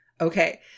Okay